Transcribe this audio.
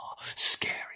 scary